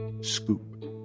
Scoop